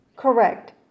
Correct